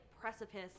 precipice